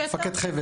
מג"ב.